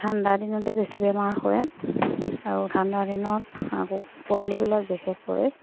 ঠাণ্ডাৰ দিনতে বেছি বেমাৰ হয় আৰু ঠাণ্ডা দিনত আকৌ পোৱালিবিলাক বিশেষকৈ